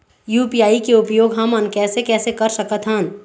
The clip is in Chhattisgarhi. यू.पी.आई के उपयोग हमन कैसे कैसे कर सकत हन?